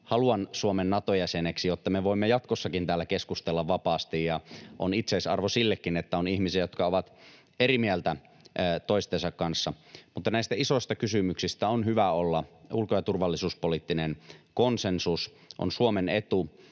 haluan Suomen Nato-jäseneksi, jotta me voimme jatkossakin täällä keskustella vapaasti, ja on itseisarvo sekin, että on ihmisiä, jotka ovat eri mieltä toistensa kanssa, mutta näistä isosta kysymyksistä on hyvä olla ulko- ja turvallisuuspoliittinen konsensus. On Suomen etu,